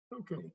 Okay